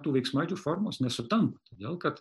tų veiksmažodžių formos nesutampa todėl kad